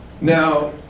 Now